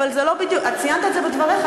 ציינת את זה בדבריך.